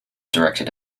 directed